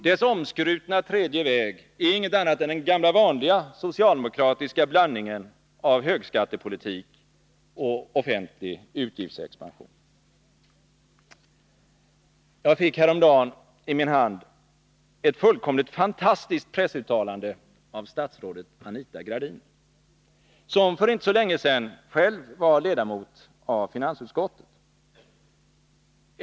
Dess omskrutna tredje väg är inget annat än den gamla vanliga socialdemokratiska blandningen av högskattepolitik och offentlig utgiftsexpansion. Jag fick häromdagen i min hand ett fullkomligt fantastiskt pressuttalande av statsrådet Anita Gradin, som för inte länge sedan själv var ledamot av finansutskottet.